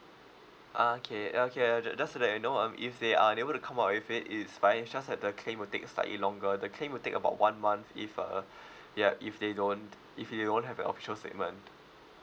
ah okay okay uh ju~ just to let you know um if they are unable to come up with it it's fine just that the claim will take slightly longer the claim will take about one month if uh ya if they don't if you don't have a official statement